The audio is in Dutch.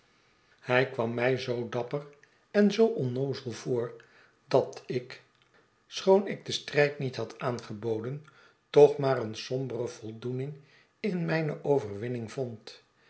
hij kwam mij zoo dapper en zoo onnoozel voor dat ik schoon ik den strijd niet had aangeboden toch maar eene sombere voldoening in mijne overwinning vond